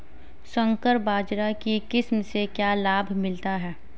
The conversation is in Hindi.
संकर बाजरा की किस्म से क्या लाभ मिलता है?